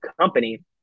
company